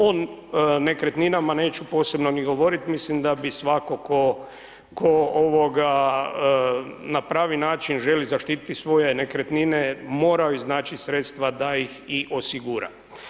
O nekretninama neću posebno ni govoriti, mislim da bi svako tko ovoga na pravi način želi zaštiti svoje nekretnine morao iznaći sredstva da ih i osigura.